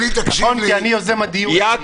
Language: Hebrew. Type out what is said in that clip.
נכון, כי אני יוזם הדיון.